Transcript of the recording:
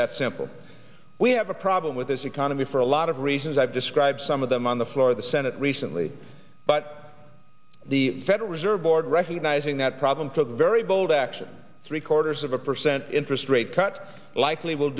that simple we have a problem with this economy for a lot of reasons i've described some of them on the floor of the senate recently but the federal reserve board recognizing that problem for the very bold action three quarters of a percent interest rate cuts likely will